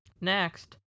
next